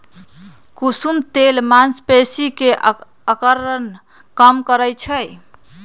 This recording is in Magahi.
कुसुम तेल मांसपेशी के अकड़न कम करई छई